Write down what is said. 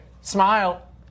Smile